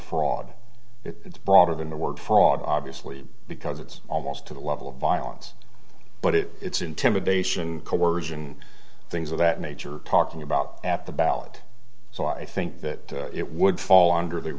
fraud it's broader than the word fraud obviously because it's almost to the level of violence but it it's intimidation coersion things of that nature talking about at the ballot so i think that it would fall under th